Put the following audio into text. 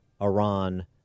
Iran